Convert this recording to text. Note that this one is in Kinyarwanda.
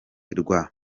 rwa